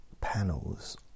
panels